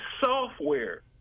software